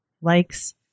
likes